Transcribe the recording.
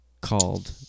called